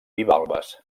bivalves